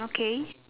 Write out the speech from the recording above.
okay